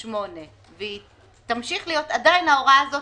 38 ותמשיך להיות, עדיין ההוראה הזאת